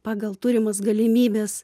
pagal turimas galimybes